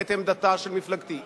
את עמדתה של מפלגתי.